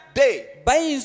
day